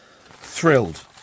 thrilled